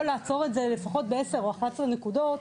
לעצור את זה לפחות ב-10 או 11 נקודות,